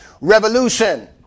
Revolution